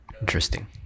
Interesting